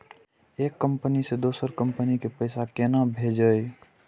एक कंपनी से दोसर कंपनी के पैसा केना भेजये?